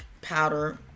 powder